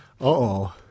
Uh-oh